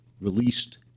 released